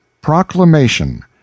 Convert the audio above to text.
PROCLAMATION